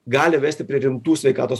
gali vesti prie rimtų sveikatos